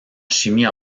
chimie